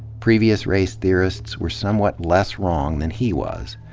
previous race theorists were somewhat less wrong than he was.